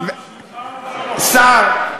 השר בשבילך,